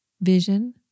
vision